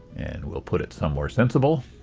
and we'll put it somewhere sensible.